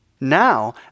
Now